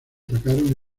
atacaron